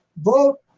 Vote